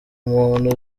umuntu